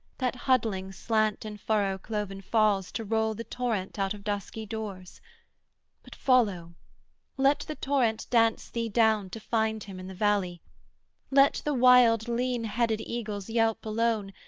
that huddling slant in furrow-cloven falls to roll the torrent out of dusky doors but follow let the torrent dance thee down to find him in the valley let the wild lean-headed eagles yelp alone,